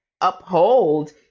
uphold